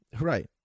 Right